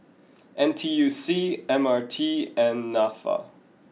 N T U C M R T and Nafa